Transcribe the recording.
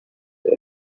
day